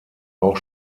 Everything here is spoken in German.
auch